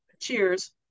cheers